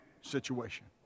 situation